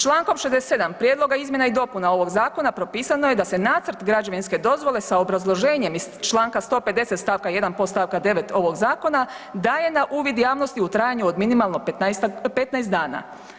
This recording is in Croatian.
Čl. 67. prijedloga izmjena i dopuna ovoga zakona propisano je da se nacrt građevinske dozvole sa obrazloženjem iz čl. 150. stavka 1. podstavka 9. ovog zakona daje na uvid javnosti u trajanju minimalno 15 dana.